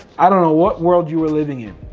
i don't know what world you are living in.